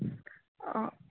অ'